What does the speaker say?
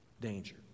danger